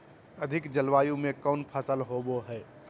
अधिक जलवायु में कौन फसल होबो है?